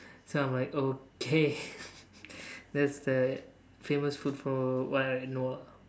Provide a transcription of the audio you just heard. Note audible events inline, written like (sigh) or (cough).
so I'm like okay (laughs) that's the famous food for a while I know lah